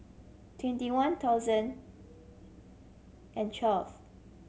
twenty one thousand and twelve